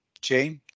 Jane